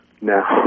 now